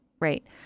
right